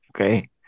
Okay